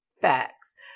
facts